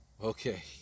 okay